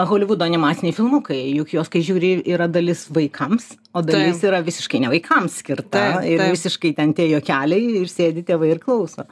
holivudo animaciniai filmukai juk juos kai žiūri yra dalis vaikams o dalis yra visiškai ne vaikams skirta ir visiškai ten tie juokeliai ir sėdi tėvai ir klauso